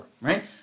right